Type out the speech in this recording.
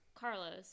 Carlos